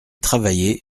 travailler